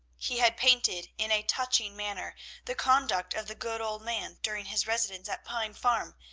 he had painted in a touching manner the conduct of the good old man during his residence at pine farm,